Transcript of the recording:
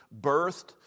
birthed